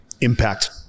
Impact